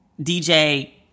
DJ